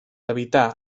evitar